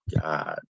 God